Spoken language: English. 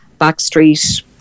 backstreet